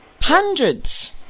Hundreds